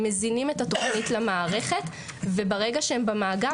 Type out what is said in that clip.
הם מזינים את התוכנית למערכת וברגע שהם במאגר,